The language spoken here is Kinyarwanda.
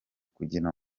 kugira